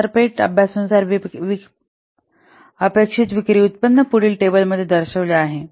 बाजारपेठ अभ्यासानुसार अपेक्षित विक्री उत्पन्न पुढील टेबलमध्ये दर्शविले आहे